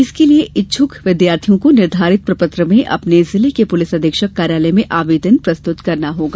इसके लिए इच्छुक विद्यार्थियों को निर्धारित प्रपत्र में अपने जिले के पुलिस अधीक्षक कार्यालय में आवेदन प्रस्तुत करना होगा